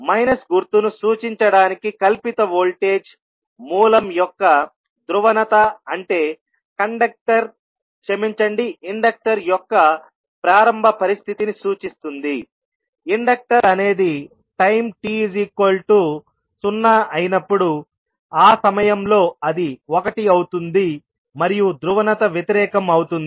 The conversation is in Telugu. మైనస్ గుర్తును సూచించడానికి కల్పిత వోల్టేజ్ మూలం యొక్క ధ్రువణత అంటే ఇండక్టర్ యొక్క ప్రారంభ పరిస్థితిని సూచిస్తుంది ఇండక్టర్ అనేది టైం t0 అయినప్పుడు ఆ సమయంలో అది 1 అవుతుంది మరియు ధ్రువణత వ్యతిరేకం అవుతుంది